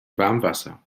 warmwasser